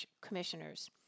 commissioners